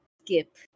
skip